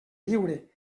lliure